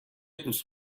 دوست